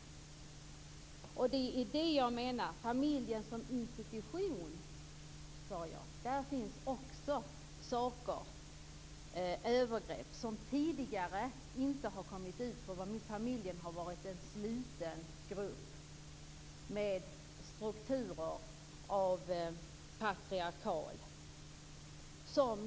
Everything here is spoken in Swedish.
Det är det jag menar. I familjen som institution, sade jag, finns det också saker som t.ex. övergrepp som tidigare inte har kommit ut eftersom familjen har varit en sluten grupp med patriarkal struktur.